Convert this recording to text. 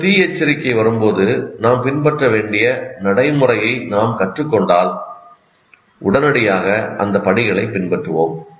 பின்னர் தீ எச்சரிக்கை வரும்போது நாம் பின்பற்ற வேண்டிய நடைமுறையை நாம் கற்றுக்கொண்டால் உடனடியாக அந்த படிகளைப் பின்பற்றுவோம்